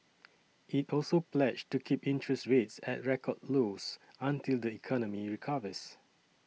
it also pledged to keep interest rates at record lows until the economy recovers